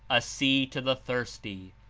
a sea to the thirsty,